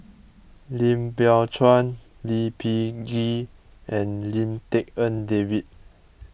Lim Biow Chuan Lee Peh Gee and Lim Tik En David